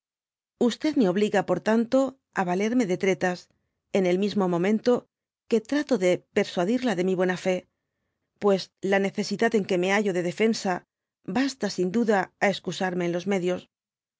me obliga por tanto á yalenne de tretas en el mismo momento que trato persua dby google íol diría de mi buena fé pues la necesidad en que me hallo de defensa basta sin duda á escusarme en los medios